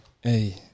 Hey